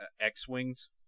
X-Wings